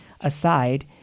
aside